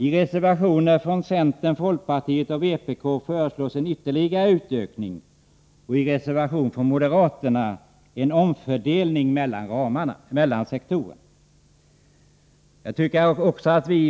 I reservationer från centern, folkpartiet och vpk föreslås en ytterligare utökning och i reservation från moderaterna en annan fördelning mellan sektorerna.